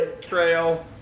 trail